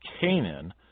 Canaan